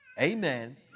Amen